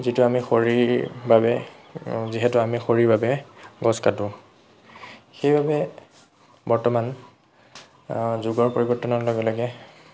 যিটো আমি খৰিৰ বাবে যিহেতু আমি খৰিৰ বাবে গছ কাটো সেইবাবে বৰ্তমান যুগৰ পৰিৱৰ্তনৰ লগে লগে